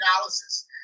analysis